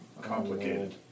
Complicated